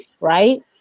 Right